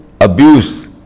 abuse